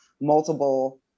multiple